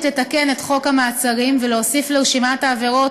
לתקן את חוק המעצרים ולהוסיף לרשימת העבירות